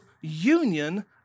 union